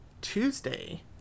Tuesday